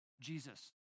Jesus